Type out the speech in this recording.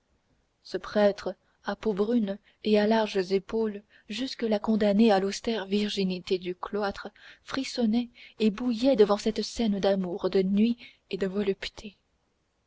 ce prêtre à peau brune et à larges épaules jusque-là condamné à l'austère virginité du cloître frissonnait et bouillait devant cette scène d'amour de nuit et de volupté